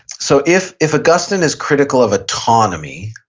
so if if augustine is critical of autonomy,